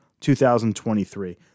2023